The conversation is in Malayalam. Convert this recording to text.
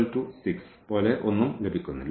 06 പോലെ ഒന്നും ലഭിക്കുന്നില്ല